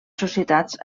societats